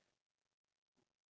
what